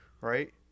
Right